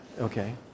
Okay